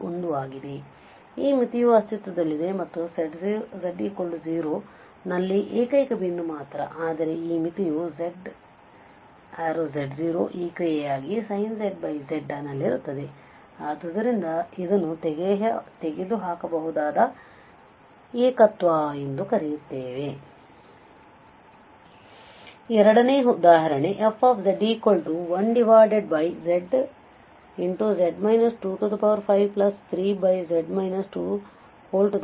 ಆದ್ದರಿಂದ ಈ ಮಿತಿಯು ಅಸ್ತಿತ್ವದಲ್ಲಿದೆ ಮತ್ತು ಅದು z 0 ನಲ್ಲಿ ಏಕೈಕ ಬಿಂದು ಮಾತ್ರ ಆದರೆ ಈ ಮಿತಿಯುz→z0 ಈ ಕ್ರಿಯೆಗಾಗಿ sin z z ನಲ್ಲಿರುತ್ತದೆ ಆದ್ದರಿಂದ ಇದನ್ನು ತೆಗೆದುಹಾಕಬಹುದಾದ ಏಕತ್ವ ಎಂದು ಕರೆಯುತ್ತೇವೆ ಎರಡನೇ ಉದಾಹರಣೆ fz1zz 253z 22 ಅನ್ನು ತೆಗೆದುಕೊಳ್ಳುತ್ತೇವೆ